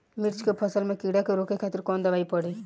मिर्च के फसल में कीड़ा के रोके खातिर कौन दवाई पड़ी?